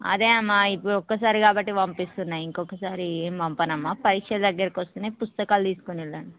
అదే అమ్మా ఇప్పుడు ఒకసారి కాబట్టి పంపిస్తున్నాను ఇంకొకసారి ఏమి పంపనమ్మా పరీక్షలు దగ్గరకు వస్తున్నాయి పుస్తకాలు తీసుకుని వెళ్ళండి